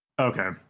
Okay